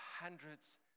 hundreds